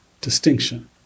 distinction